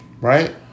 right